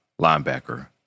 linebacker